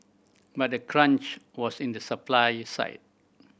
but the crunch was in the supply side